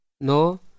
No